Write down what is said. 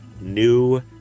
new